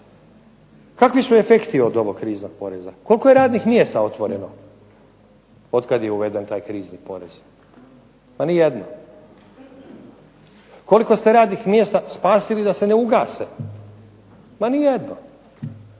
Kakvi su efekti od ovog kriznog poreza, koliko je radnih mjesta otvoreno otkad je uveden taj krizni porez. Pa nijedno. Koliko ste radnih mjesta spasili da se ne ugase? Ma nijedno.